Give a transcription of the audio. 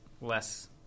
less